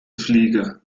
fliege